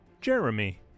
Jeremy